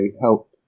help